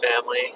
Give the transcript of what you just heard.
family